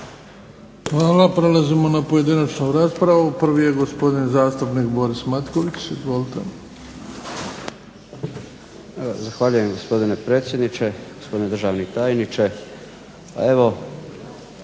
Hvala. Prelazimo na pojedinačnu raspravu. Prvi je gospodin zastupnik Boris Matković. Izvolite. **Matković, Borislav (HDZ)** Zahvaljujem gospodine predsjedniče. Gospodine državni tajniče.